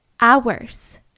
hours